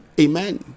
Amen